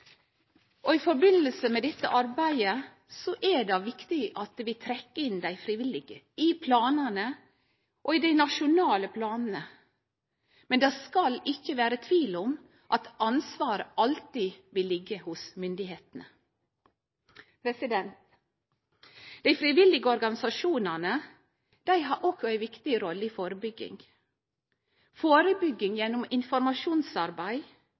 I forbindelse med dette arbeidet er det viktig at vi trekkjer inn dei frivillige i beredskapsplanane og i dei nasjonale planane, men det skal ikkje vere tvil om at ansvaret alltid vil liggje hos myndigheitene. Dei frivillige organisasjonane har òg ei viktig rolle i førebygging, gjennom informasjonsarbeid